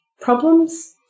problems